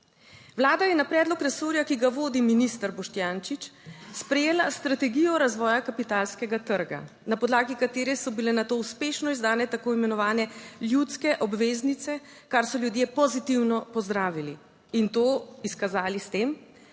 Vlada je na predlog resorja, ki ga vodi minister Boštjančič, sprejela strategijo razvoja kapitalskega trga, na podlagi katere so bile na to uspešno izdane tako imenovane ljudske obveznice, kar so ljudje pozitivno pozdravili in to izkazali s tem,